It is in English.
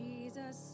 Jesus